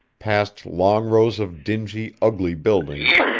past long rows of dingy, ugly buildings,